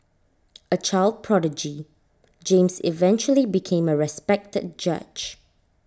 A child prodigy James eventually became A respected judge